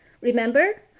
Remember